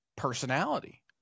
Personality